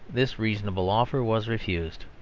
this reasonable offer was refused!